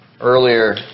earlier